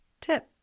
tip